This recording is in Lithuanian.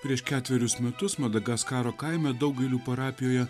prieš ketverius metus madagaskaro kaime daugailių parapijoje